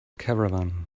caravan